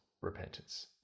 Repentance